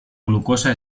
glucosa